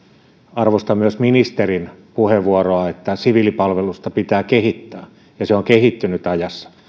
arvostan myös ministerin puheenvuoroa että siviilipalvelusta pitää kehittää ja se on kehittynyt ajassa